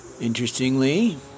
Interestingly